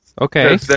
Okay